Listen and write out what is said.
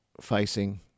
facing